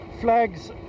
flags